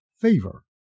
favor